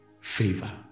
Favor